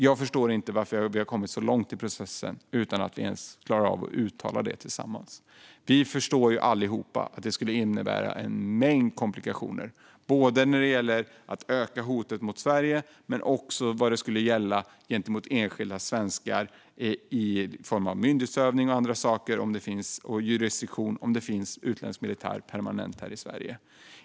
Jag förstår inte varför vi har kommit så långt i processen utan att ens ha klarat av att uttala detta tillsammans. Vi förstår ju allihop att det skulle innebära en mängd komplikationer, både i form av ett ökat hot mot Sverige och i form av myndighetsutövning, jurisdiktion och andra saker i förhållande till enskilda svenskar, om det finns utländsk militär permanent här i Sverige.